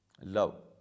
love